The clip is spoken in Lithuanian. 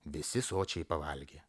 visi sočiai pavalgė